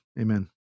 Amen